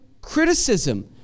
criticism